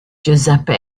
giuseppe